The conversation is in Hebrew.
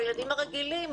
בילדים הרגילים,